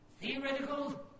theoretical